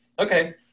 okay